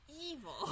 evil